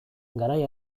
garai